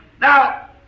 Now